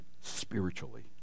spiritually